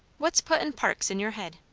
what's putting parks in your head?